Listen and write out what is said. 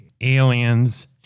aliens